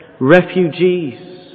Refugees